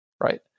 right